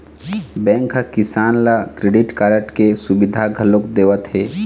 bank ह किसान ल क्रेडिट कारड के सुबिधा घलोक देवत हे